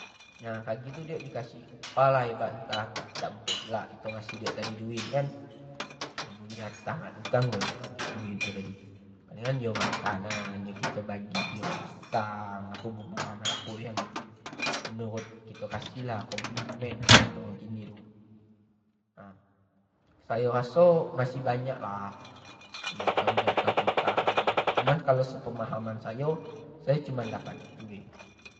Nah kagek tu dio di kasih upah lah ibarat nyo dak mungkin pulak lah kito kasih diok tadi duit kan, diok binatang dak nuking pulak diok di kasih duit tadi, palingan diok makanan, kito bagi diok pisang, apo buah-buahan apo yang kito kasih lah compliment kalo kato orang kini tu, nah sayo raso masih banyak lah binatang-binatang tadi, cuma sepemahaman ayo sayo cuma dapat itu bae.